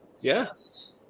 Yes